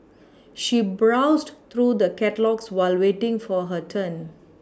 she browsed through the catalogues while waiting for her turn